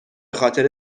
خاطر